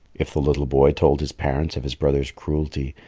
if the little boy told his parents of his brother's cruelty,